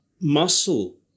muscle